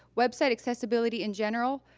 website accessibility in general,